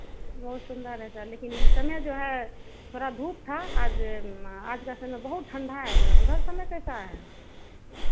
बहुत सुंदर है सर लेकिन इस समय जो है थोड़ा धूप था आज आज का समय बहुत ठंढा है सर उधर समय कैसा है